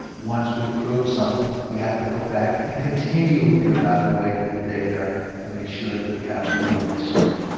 once we approve something, we have to go back and continue reevaluating the data to make sure that we haven't made a mistake.